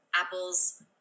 Apples